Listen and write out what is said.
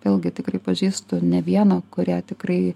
vėlgi tikrai pažįstu ne vieną kurie tikrai